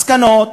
מסקנות,